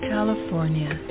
California